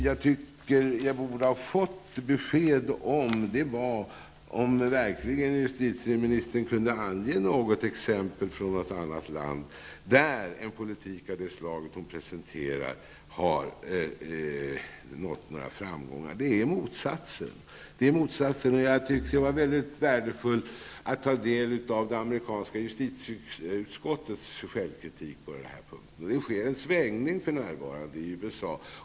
Jag tycker att jag borde ha fått besked här om justitieministern verkligen känner till något exempel från någåt annat land där en politik av det här slaget som hon presenterar har nått framgång. Det är motsatsen. Jag tycker att det var väldigt värdefullt att ta del av det amerikanska justitieutskottets självkritik på den här punkten. Det sker en omsvängning för närvarande i USA.